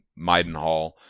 Maidenhall